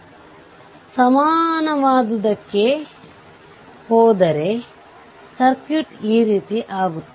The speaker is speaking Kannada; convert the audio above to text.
ಇದು ವಾಸ್ತವವಾಗಿ Voc ಮತ್ತು ಉಳಿದ ಸರ್ಕ್ಯೂಟ್ ಹಾಗೇ ಉಳಿಯುತ್ತದೆ